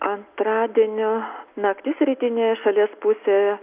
antradienio naktis rytinėje šalies pusėje